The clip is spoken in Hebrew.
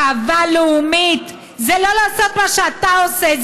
גאווה לאומית זה לא לעשות מה שאתה עושה,